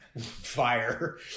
fire